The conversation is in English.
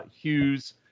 Hughes